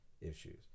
issues